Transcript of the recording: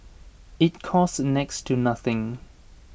IT costs next to nothing